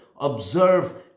Observe